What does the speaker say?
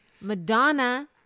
Madonna